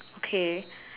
okay